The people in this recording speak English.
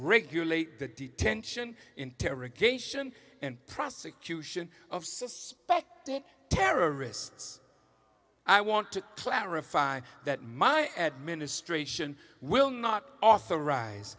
regulate the detention interrogation and prosecution of suspected terrorists i want to clarify that my administration will not authorize